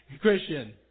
Christian